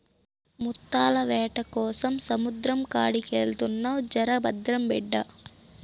ముత్తాల వేటకోసం సముద్రం కాడికెళ్తున్నావు జర భద్రం బిడ్డా